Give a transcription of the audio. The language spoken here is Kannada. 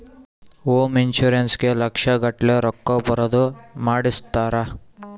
ಹೋಮ್ ಇನ್ಶೂರೆನ್ಸ್ ಗೇ ಲಕ್ಷ ಗಟ್ಲೇ ರೊಕ್ಕ ಬರೋದ ಮಾಡ್ಸಿರ್ತಾರ